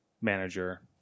manager